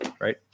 right